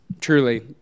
truly